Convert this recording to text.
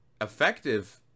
effective